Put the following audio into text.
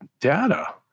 data